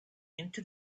into